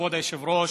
כבוד היושב-ראש,